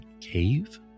cave